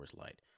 Light